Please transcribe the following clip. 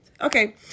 Okay